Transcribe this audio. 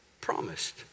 promised